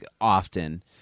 often